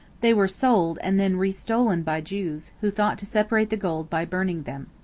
they were sold and then restolen by jews, who thought to separate the gold by burning them.